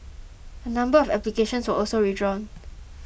a number of applications were also withdrawn